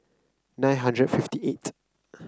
nine hundred fifty eight